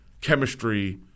chemistry